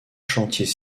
chantiers